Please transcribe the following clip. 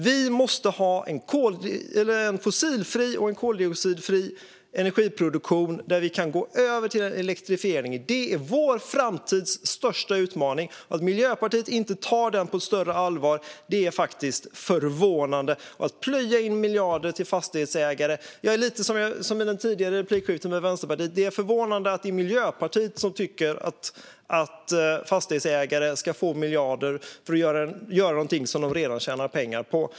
Vi måste ha en fossilfri och koldioxidfri energiproduktion där vi kan gå över till en elektrifiering. Det är vår största utmaning för framtiden. Att Miljöpartiet inte tar den på större allvar utan vill plöja ned miljarder till fastighetsägare är faktiskt förvånande. Som jag sa i ett tidigare replikskifte med Vänsterpartiet är det förvånande att det är Miljöpartiet som tycker att fastighetsägare ska få miljarder för att göra något som de redan tjänar pengar på.